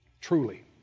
truly